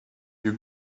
you